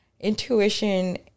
intuition